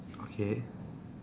okay